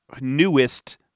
newest